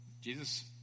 Jesus